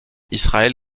israël